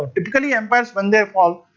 typically empires when they fall,